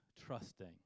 trusting